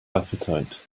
appetite